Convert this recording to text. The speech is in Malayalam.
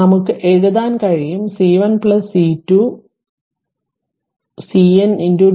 നമുക്കു എഴുതാൻ കഴിയും C1 C2